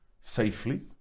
safely